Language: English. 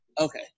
okay